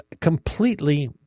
completely